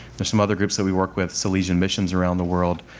there's some other groups that we work with, salesian missions around the world.